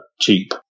cheap